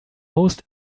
most